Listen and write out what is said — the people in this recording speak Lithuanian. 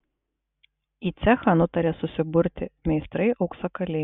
į cechą nutarė susiburti meistrai auksakaliai